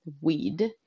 weed